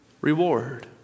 reward